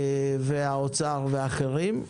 האוצר והאחרים.